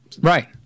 Right